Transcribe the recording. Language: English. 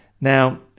Now